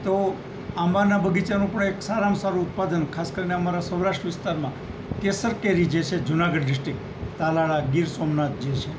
તો આંબાના બગીચાનું પણ એક સારામાં સારું ઉત્પાદન ખાસ કરીને અમારા સૌરાષ્ટ્ર વિસ્તારમાં કેસર કેરી જે છે જુનાગઢ ડીસ્ટ્રીક્ટ તાલાળા ગીર સોમનાથ જે છે